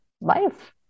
life